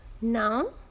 Now